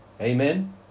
Amen